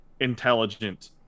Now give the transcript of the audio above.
intelligent